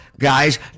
guys